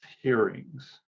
hearings